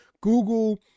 google